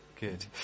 good